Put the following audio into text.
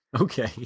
Okay